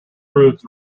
proves